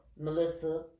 Melissa